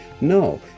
No